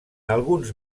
alguns